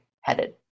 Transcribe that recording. headed